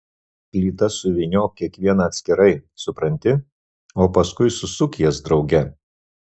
plytas suvyniok kiekvieną atskirai supranti o paskui susuk jas drauge